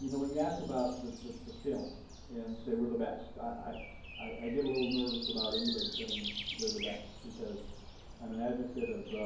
you know when you asked about the the film and say we're the best, i i get a little nervous about anybody saying they're the best, because i'm an advocate of